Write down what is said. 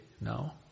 now